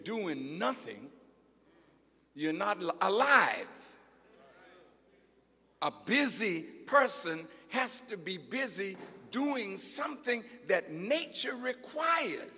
doing nothing you're not a live up busy person has to be busy doing something that nature require